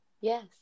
yes